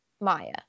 Maya